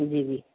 جی جی